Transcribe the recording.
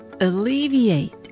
alleviate